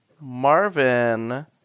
Marvin